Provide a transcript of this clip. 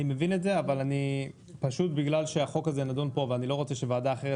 אני מבין את זה אבל בגלל שהחוק הזה נדון כאן ואני לא רוצה שוועדה אחרת